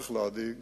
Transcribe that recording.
וצריך להדאיג